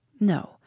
No